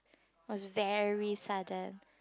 was very sudden